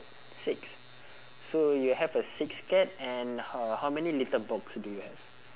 six so you have a six cat and how how many litter box do you have